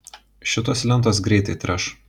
šitos lentos greitai treš